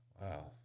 Wow